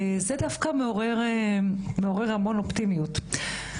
וזה דווקא מעורר המון אופטימיות.